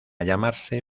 llamarse